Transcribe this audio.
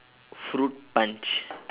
fruit punch